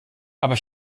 aber